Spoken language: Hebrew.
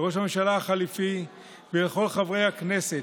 לראש הממשלה החליפי ולכל חברי הכנסת: